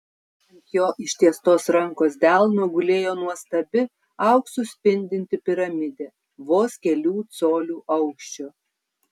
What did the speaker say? ant jo ištiestos rankos delno gulėjo nuostabi auksu spindinti piramidė vos kelių colių aukščio